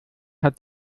hat